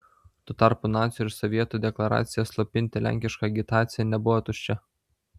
tuo tarpu nacių ir sovietų deklaracija slopinti lenkišką agitaciją nebuvo tuščia